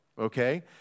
okay